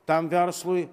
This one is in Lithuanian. tam verslui